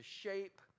shape